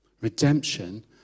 Redemption